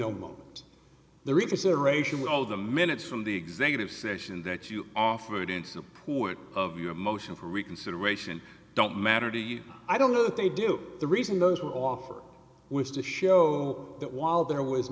moment the reconsideration all the minutes from the executive session that you offered in support of your motion for reconsideration don't matter to you i don't know that they do the reason those who offer was to show that while there was